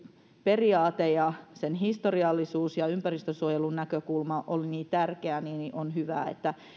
periaate ja sen historiallisuus ja ympäristönsuojelun näkökulma olivat niin tärkeitä niin on hyvä että